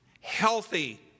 Healthy